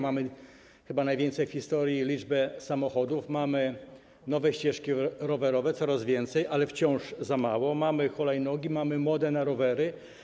Mamy chyba największą w historii liczbę samochodów, mamy nowe ścieżki rowerowe, coraz więcej, ale wciąż za mało, mamy hulajnogi, mamy modę na rowery.